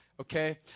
okay